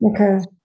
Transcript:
Okay